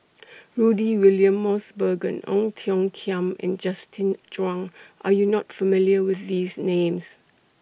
Rudy William Mosbergen Ong Tiong Khiam and Justin Zhuang Are YOU not familiar with These Names